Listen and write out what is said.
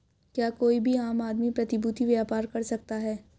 क्या कोई भी आम आदमी प्रतिभूती व्यापार कर सकता है?